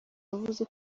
yavuze